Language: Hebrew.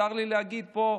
וצר לי להגיד שפה,